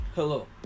Hello